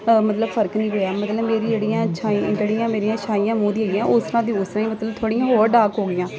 ਮਤਲਬ ਫ਼ਰਕ ਨਹੀਂ ਪਿਆ ਮਤਲਬ ਮੇਰੀ ਜਿਹੜੀਆਂ ਮੇਰੀਆਂ ਛਾਈਆਂ ਬੜੀਆਂ ਮੇਰੀਆਂ ਛਾਈਆਂ ਮੂੰਹ ਦੀਆਂ ਹੈਗੀਆਂ ਉਸ ਤਰ੍ਹਾਂ ਦੇ ਉਸ ਤਰਾਂ ਮਤਲਬ ਥੋੜ੍ਹੀਆਂ ਹੋਰ ਡਾਰਕ ਹੋ ਗਈਆਂ